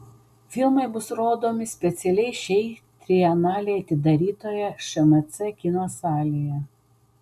filmai bus rodomi specialiai šiai trienalei atidarytoje šmc kino salėje